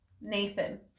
Nathan